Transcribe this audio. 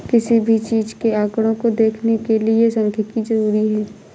किसी भी चीज के आंकडों को देखने के लिये सांख्यिकी जरूरी हैं